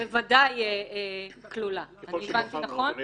כלולה בשלנו, נכון?